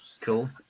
Cool